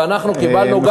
ואנחנו קיבלנו גם,